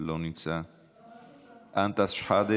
לעשות פה מהפכה,